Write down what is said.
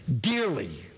dearly